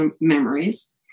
memories